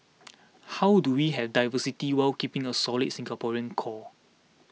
how do we have diversity whilst keeping a solid Singaporean core